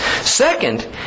Second